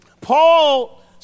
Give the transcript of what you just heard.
Paul